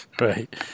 Right